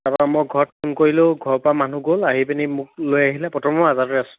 তাৰ পৰা মই ঘৰত ফোন কৰিলোঁ ঘৰ পা মানুহ গ'ল আহি পিনি মোক লৈ আহিলে বৰ্তমান মই আজাদতে আছোঁ